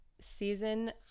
season